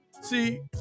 See